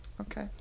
okay